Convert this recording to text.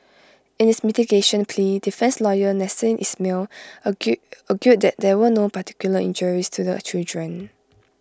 in his mitigation plea defence lawyer Nasser Ismail argue argued that there were no particular injuries to the children